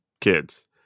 kids